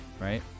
right